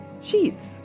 Sheets